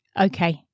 Okay